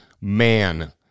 man